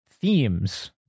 themes